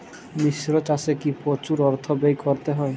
মিশ্র চাষে কি প্রচুর অর্থ ব্যয় করতে হয়?